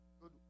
Good